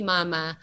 Mama